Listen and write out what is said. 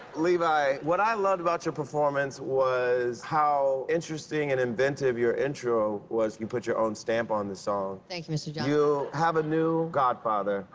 levi, what i loved about your performance was how interesting and inventive your intro was. you put your own stamp on the song. thank you, mr. john. you have a new godfather.